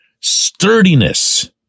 Sturdiness